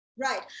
Right